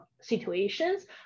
situations